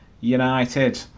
United